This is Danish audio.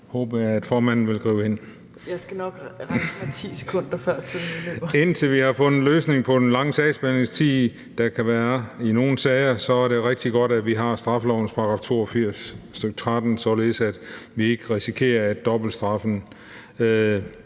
(Fjerde næstformand (Trine Torp): Jeg skal nok rejse mig, 10 sek. før tiden udløber). Indtil vi har fundet en løsning på den lange sagsbehandlingstid, der kan være i nogle sager, så er det rigtig godt, at vi har straffelovens § 82, stk. 13, således at vi ikke risikerer, at dobbeltstraffede